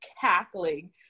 cackling